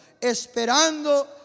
esperando